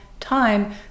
time